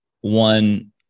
one